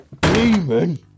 Demon